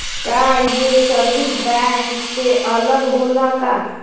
का ये service bank से अलग होला का?